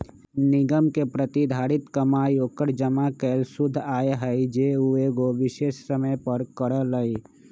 निगम के प्रतिधारित कमाई ओकर जमा कैल शुद्ध आय हई जे उ एगो विशेष समय पर करअ लई